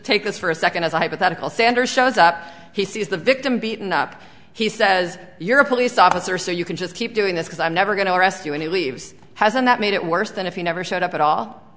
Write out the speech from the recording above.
take this for a second as a hypothetical sanders shows up he sees the victim beaten up he says you're a police officer so you can just keep doing this because i'm never going to arrest you and he leaves has and that made it worse than if he never showed up at all